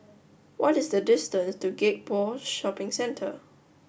what is the distance to Gek Poh Shopping Centre